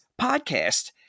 Podcast